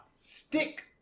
stick